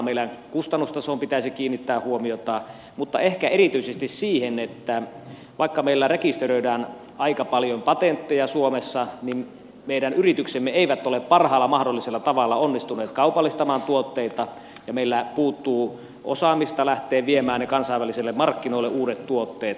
meillä kustannustasoon pitäisi kiinnittää huomiota mutta ehkä erityisesti siihen että vaikka meillä rekisteröidään aika paljon patentteja suomessa niin meidän yrityksemme eivät ole parhaalla mahdollisella tavalla onnistuneet kaupallistamaan tuotteitaan ja meillä puuttuu osaamista lähteä viemään ne uudet tuotteet kansainvälisille markkinoille